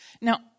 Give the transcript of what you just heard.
Now